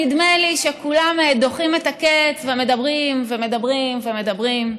נדמה לי שכולם דוחים את הקץ ומדברים ומדברים ומדברים.